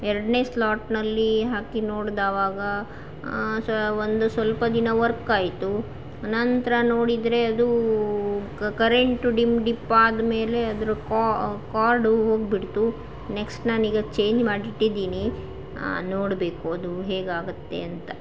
ಎರಡನೇ ಸ್ಲಾಟ್ನಲ್ಲಿ ಹಾಕಿ ನೋಡಿದವಾಗ ಸ ಒಂದು ಸ್ವಲ್ಪ ದಿನ ವರ್ಕ್ ಆಯಿತು ನಂತರ ನೋಡಿದರೆ ಅದು ಕರೆಂಟು ಡಿಮ್ ಡಿಪ್ ಆದ ಮೇಲೆ ಅದ್ರ ಕಾರ್ಡು ಹೋಗಿಬಿಡ್ತು ನೆಕ್ಸ್ಟ್ ನಾನೀಗ ಚೇಂಜ್ ಮಾಡಿ ಇಟ್ಟಿದ್ದೀನಿ ನೋಡಬೇಕು ಅದು ಹೇಗೆ ಆಗುತ್ತೆ ಅಂತ